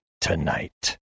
tonight